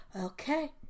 okay